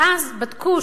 ואז בדקו,